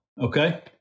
Okay